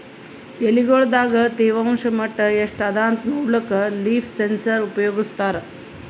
ಎಲಿಗೊಳ್ ದಾಗ ತೇವಾಂಷ್ ಮಟ್ಟಾ ಎಷ್ಟ್ ಅದಾಂತ ನೋಡ್ಲಕ್ಕ ಲೀಫ್ ಸೆನ್ಸರ್ ಉಪಯೋಗಸ್ತಾರ